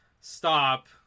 Stop